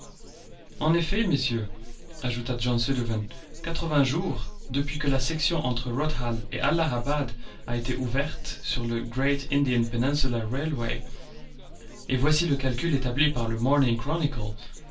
en effet messieurs ajouta john sullivan quatre-vingts jours depuis que la section entre rothal et allahabad a été ouverte sur le great indian peninsular railway et voici le calcul établi par le morning